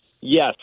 Yes